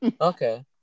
Okay